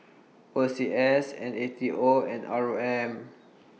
O C S N A T O and R O M